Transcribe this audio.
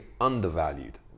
undervalued